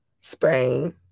Spain